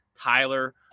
Tyler